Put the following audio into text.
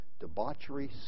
debauchery